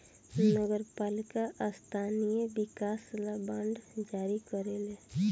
नगर पालिका स्थानीय विकास ला बांड जारी करेले